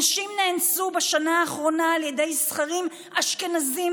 נשים נאנסו בשנה האחרונה על ידי זכרים אשכנזים,